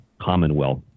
Commonwealth